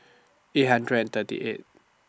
eight hundred and thirty eight